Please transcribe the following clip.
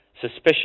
suspicious